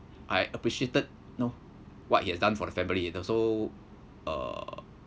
I appreciated you know what he has done for the family and also uh